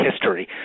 history